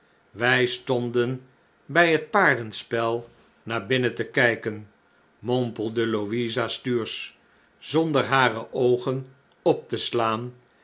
wij stonden bij het paardenspel naar binnen te kijken mompelde louisa stuursch zonder hare oogen op te slaan